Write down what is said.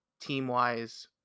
team-wise